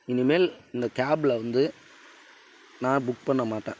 இனிமேல் இந்த கேபில் வந்து நான் புக் பண்ண மாட்டேன்